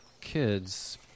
kids